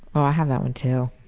ah i have that one too.